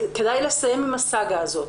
וכדאי לסיים את הסאגה הזאת.